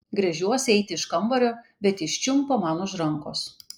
gręžiuosi eiti iš kambario bet jis čiumpa man už rankos